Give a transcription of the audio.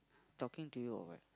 talking to you or what